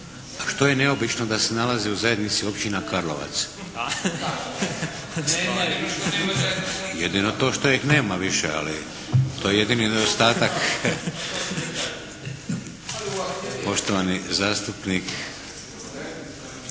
Što je neobično da se nalazi u zajednici općina Karlovac? … /Upadica se ne čuje./ … Jedino to što ih nema više, ali to je jedini nedostatak. Poštovani zastupnik